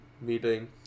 meeting